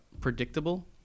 predictable